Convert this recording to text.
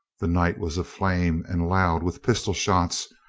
the night was aflame and loud with pistol shots,